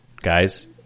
guys